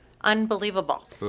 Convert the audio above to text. Unbelievable